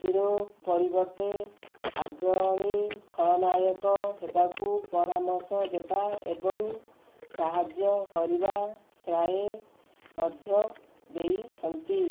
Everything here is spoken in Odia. ହିରୋ ପରିବର୍ତ୍ତେ ଆଗ୍ରଣୀ ଖଳନାୟକ ହେବାକୁ ପରାମର୍ଶ ଦେବା ଏବଂ ସାହାଯ୍ୟ କରିବା ଶ୍ରେୟ ମଧ୍ୟ ଦେଇଛନ୍ତି